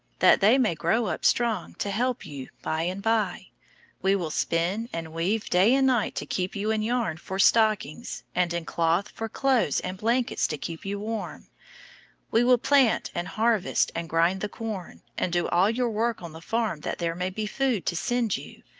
that they may grow up strong to help you by and by we will spin and weave day and night to keep you in yarn for stockings, and in cloth for clothes and blankets to keep you warm we will plant, and harvest, and grind the corn, and do all your work on the farm that there may be food to send you,